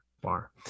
bar